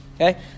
Okay